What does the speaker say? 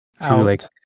out